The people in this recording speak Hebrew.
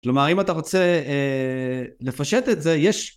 כלומר, אם אתה רוצה לפשט את זה, יש...